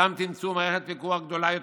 שם תמצאו מערכת פיקוח גדולה יותר,